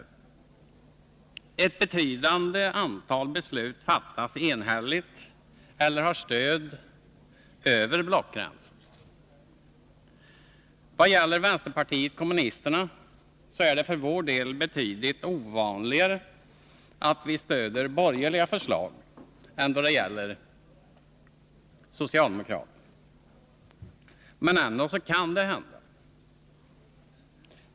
Ett betydande antal beslut fattas enhälligt eller har stöd över blockgränsen. Vad gäller vänsterpartiet kommunisterna är det för vår del betydligt ovanligare att vi stöder borgerliga förslag än socialdemokratiska. Men det kan ändå hända.